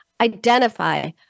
Identify